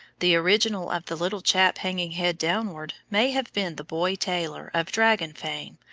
the original of the little chap hanging head downward may have been the boy taylor, of dragon fame,